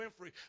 Winfrey